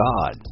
God